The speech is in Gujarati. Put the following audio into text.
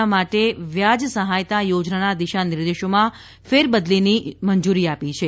ના માટે વ્યાજ સહાયતા યોજનાના દિશાનિર્દેશોમાં ફેરબદલીની મંજરી આપી દીધી છે